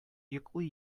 йоклый